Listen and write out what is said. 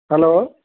hello